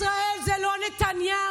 ישראל זה לא נתניהו,